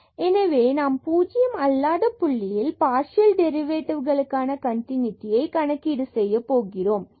எனவே நாம் பூஜ்ஜியம் அல்லாத புள்ளியில் பார்சியல் டெரிவேட்டிவ்களுக்கான கண்டினுடியை கணக்கீடு செய்யப்போகிறோம்